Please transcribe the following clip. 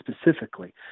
specifically